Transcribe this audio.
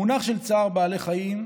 המונח "צער בעלי חיים"